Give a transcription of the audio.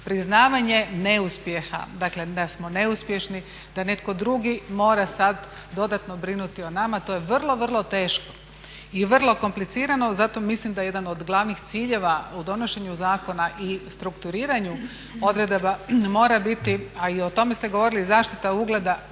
priznavanje neuspjeha. Dakle, da smo neuspješni, da netko drugi mora sad dodatno brinuti o nama. To je vrlo, vrlo teško i vrlo komplicirano. Zato mislim da je jedan od glavnih ciljeva u donošenju zakona i strukturiranju odredaba mora biti, a i o tome ste govorili zaštita ugleda